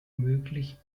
möglich